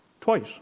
Twice